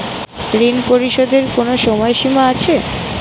ঋণ পরিশোধের কোনো সময় সীমা আছে?